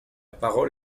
parole